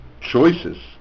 choices